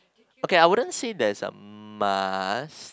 okay I wouldn't say there's a must